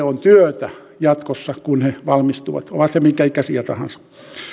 on työtä jatkossa kun he valmistuvat ovat he minkä ikäisiä tahansa